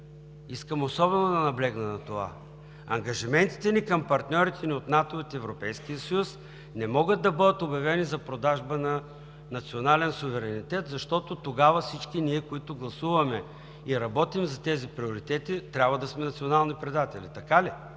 Искам особено да наблегна на това – ангажиментите ни към нашите партньори от НАТО и от Европейския съюз не могат да бъдат обявени за продажба на национален суверенитет, защото тогава всички ние, които гласуваме и работим за тези приоритети, трябва да сме национални предатели. Така ли?